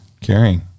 caring